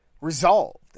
Resolved